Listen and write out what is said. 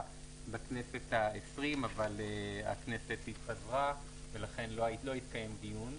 בכנסת ה-20 אבל הכנסת התפזרה ולכן לא התקיים דיון.